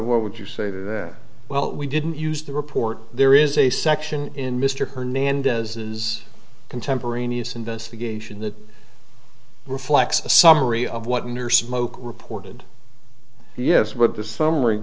what would you say that well we didn't use the report there is a section in mr hernandez's contemporaneous investigation that reflects a summary of what in your smoke reported yes what the summary